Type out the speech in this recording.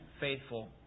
faithful